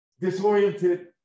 disoriented